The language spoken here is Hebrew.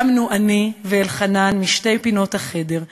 קמנו אני ואלחנן משתי פינות החדר,